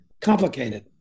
Complicated